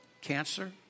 cancer